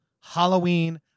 Halloween